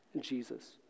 Jesus